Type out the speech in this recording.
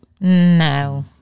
no